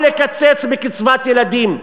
או לקצץ בקצבת ילדים.